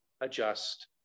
adjust